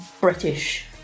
British